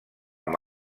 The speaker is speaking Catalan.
amb